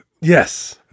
Yes